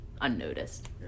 unnoticed